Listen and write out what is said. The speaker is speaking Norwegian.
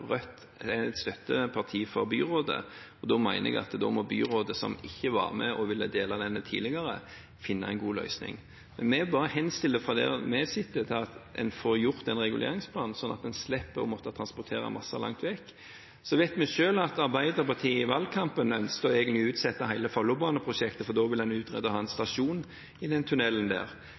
Rødt er støtteparti for byrådet. Da mener jeg at byrådet, som ikke ville være med på å dele denne planen tidligere, må finne en god løsning. Vi bare henstiller fra der vi sitter Oslo kommune om at en får vedtatt denne reguleringsplanen, slik at en slipper å måtte transportere massen langt vekk. Så vet vi selv at Arbeiderpartiet i valgkampen egentlig ønsket å utsette hele Follobaneprosjektet, fordi en ville utrede muligheten for å ha en stasjon i den